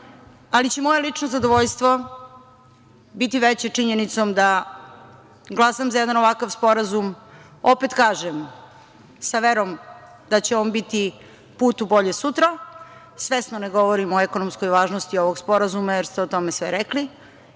ali će moje lično zadovoljstvo biti veće činjenicom da glasam za jedan ovakav sporazum, opet kažem, sa verom da će on biti put u bolje sutra. Svesno ne govorim o ekonomskoj važnosti ovog sporazuma, jer ste o tome sve rekli.